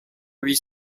huit